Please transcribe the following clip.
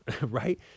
right